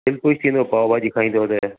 दिलि ख़ुशि थी वेंदव पाव भाजी खाईंदव त